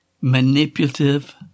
manipulative